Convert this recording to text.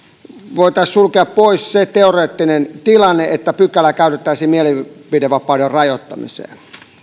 voisimme sulkea pois sen teoreettisen tilanteen että pykälää käytettäisiin mielipidevapauden rajoittamiseen